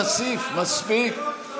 חבר הכנסת כסיף, מספיק.